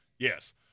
Yes